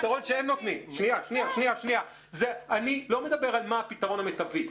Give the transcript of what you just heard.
אני לא מדבר על מה הפתרון מיטבי.